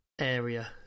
Area